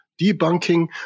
debunking